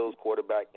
quarterback